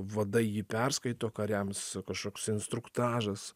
vadai jį perskaito kariams kažkoks instruktažas